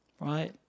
right